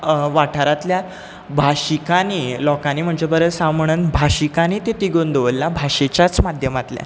वाठारांतल्या भाशिकांनी लोकांनी म्हणचे परस हांव म्हणन भाशिकांनी तें तिगोवन दवरलां भाशेच्याच माध्यमांतल्यान